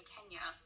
Kenya